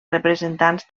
representants